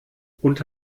und